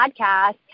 podcast